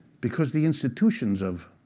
because the institutions of